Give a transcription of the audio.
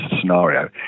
scenario